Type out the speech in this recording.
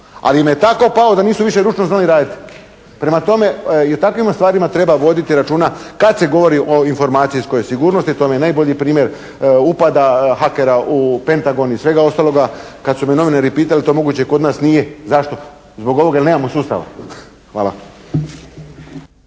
Ali im je tako pao da nisu više ručno znali raditi. Prema tome i u takvim stvarima treba voditi računa kad se govori o informacijskoj sigurnosti. To vam je najbolji primjer upada hakera u Pentagon i svega ostaloga. Kad su me novinari pitali je li to moguće i kod nas? Nije. Zašto? Zbog ovoga jer nemamo sustava. Hvala.